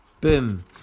Boom